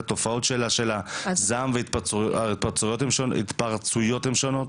התופעות של הזעם וההתפרצויות הן שונות.